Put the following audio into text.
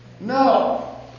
No